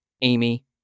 Amy